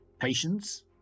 patience